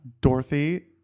Dorothy